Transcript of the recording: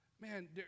Man